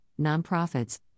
nonprofits